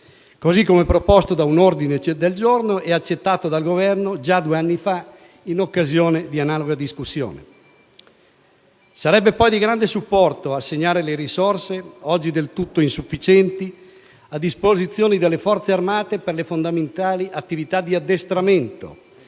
così come proposto da un ordine del giorno accolto dal Governo già due anni fa in occasione di analoga discussione. Sarebbe poi di grande supporto assegnare le risorse - oggi del tutto insufficienti - a disposizione delle Forze armate per le fondamentali attività di addestramento